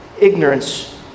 ignorance